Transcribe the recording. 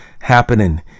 happening